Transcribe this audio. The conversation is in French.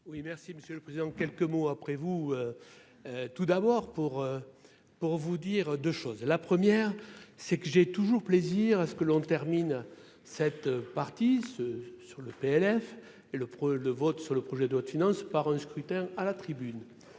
Oui, merci Monsieur le Président. Quelques mots après vous. Tout d'abord pour. Pour vous dire 2 choses, la première c'est que j'ai toujours plaisir à ce que l'on termine cette partie se sur le PLF, et le problème de vote sur le projet de haute finance par un scrutin à la tribune.